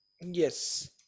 Yes